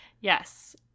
yes